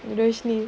you know actually